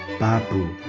babu.